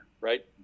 right